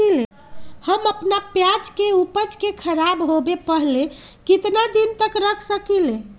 हम अपना प्याज के ऊपज के खराब होबे पहले कितना दिन तक रख सकीं ले?